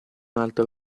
altro